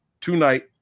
tonight